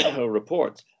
reports